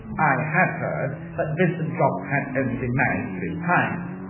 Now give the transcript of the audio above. i had heard that vincent jopp had only been married three times,